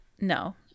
No